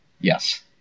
Yes